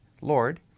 Lord